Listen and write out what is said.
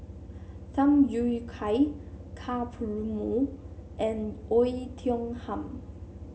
Tham Yui Kai Ka Perumal and Oei Tiong Ham